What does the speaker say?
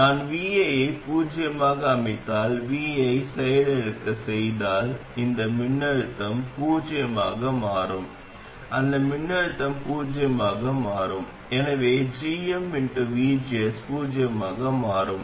நான் vi ஐ பூஜ்ஜியமாக அமைத்தால் vi ஐ செயலிழக்கச் செய்தால் இந்த மின்னழுத்தம் பூஜ்ஜியமாக மாறும் அந்த மின்னழுத்தம் பூஜ்ஜியமாக மாறும் எனவே gmvgs பூஜ்ஜியமாக மாறும்